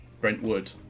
Brentwood